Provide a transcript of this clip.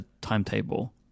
timetable